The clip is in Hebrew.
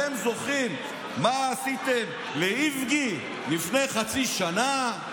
אתם זוכרים מה עשיתם לאיבגי לפני חצי שנה?